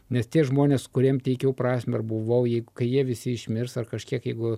nes tie žmonės kuriem teikiau prasmę ir buvau kai jie visi išmirs ar kažkiek jeigu